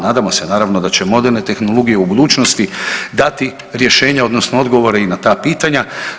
Nadamo se naravno da će moderne tehnologije u budućnosti dati rješenja odnosno odgovore i na ta pitanja.